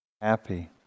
Happy